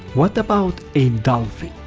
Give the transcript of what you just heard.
what about a dolphin?